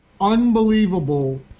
unbelievable